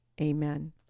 Amen